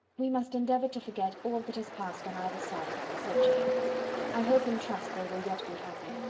we must endeavour to forget all that has passed on either side, said jane i hope and trust they will yet be happy.